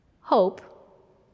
Hope